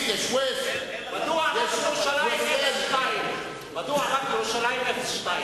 מדוע רק ירושלים 02 ולא 01?